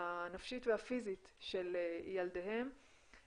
הנפשית והפיזית של ילדיהם,